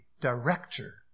director